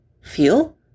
feel